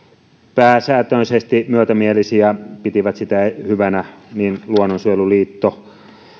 pääsääntöisesti myötämielisiä pitivät sitä hyvänä niin luonnonsuojeluliitto